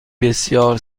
بسیار